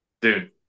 Dude